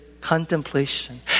contemplation